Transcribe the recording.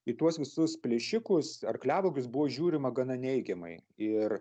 į tuos visus plėšikus arkliavagius buvo žiūrima gana neigiamai ir